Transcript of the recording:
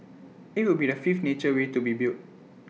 IT will be the fifth nature way to be built